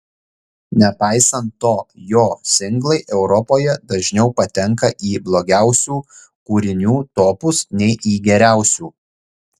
nepaisant to jo singlai europoje dažniau patenka į blogiausių kūrinių topus nei į geriausių